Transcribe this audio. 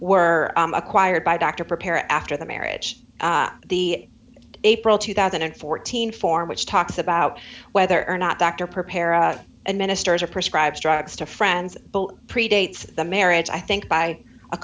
were acquired by doctor prepare after the marriage the april two thousand and fourteen form which talks about whether or not dr preparer and ministers are prescribed drugs to friends predates the marriage i think by a